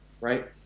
right